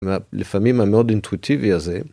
לפעמים המאוד אינטואיטיבי הזה.